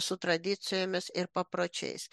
su tradicijomis ir papročiais